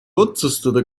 otsustada